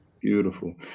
Beautiful